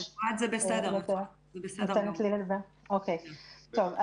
היושב-ראש, בגדול,